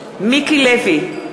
מיקי לוי,